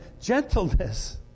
gentleness